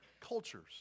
cultures